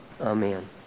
Amen